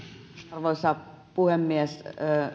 arvoisa puhemies